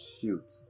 shoot